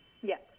Yes